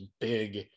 big